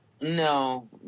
No